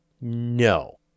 No